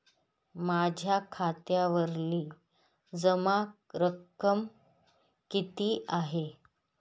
माझ्या खात्यावरील जमा रक्कम किती आहे?